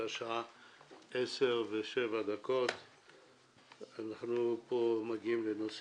והשעה 10:07. אנחנו פה מגיעים לנושא